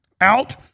out